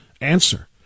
Answer